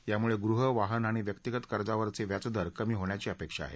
त्यामुळे गृह वाहन आणि व्यक्तीगत कर्जावरचे व्याजदर कमी होण्याची अपेक्षा आहे